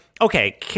okay